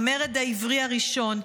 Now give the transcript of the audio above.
המרד העברי הראשון,